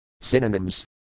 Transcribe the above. Synonyms